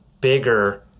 bigger